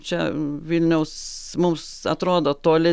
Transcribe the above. čia vilniaus mums atrodo toli